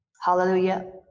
Hallelujah